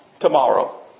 tomorrow